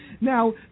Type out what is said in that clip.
Now